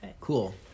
Cool